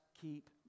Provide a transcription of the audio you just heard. keep